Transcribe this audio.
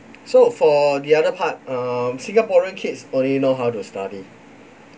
so for the other part um singaporean kids only know how to study